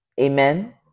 amen